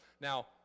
Now